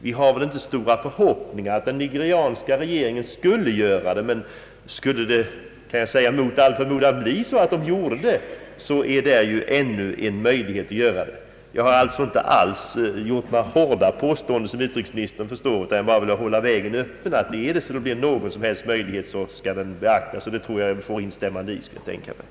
Vi har inte stora förhoppningar att den nigerianska regeringen skall begära ett sådant ingripande, men om det mot all förmodan skulle bli så att denna regering skulle komma med en sådan begäran, är det ju en möjlighet som bör tillvaratas. Jag har sålunda inte alls kommit med några hårda påståenden, som utrikesministern förstår, utan jag har bara velat hålla vägarna öppna så att man kan tillvarata varje möjlighet som yppar sig till lösning av problemen, och jag tror att många instämmer i den tanken.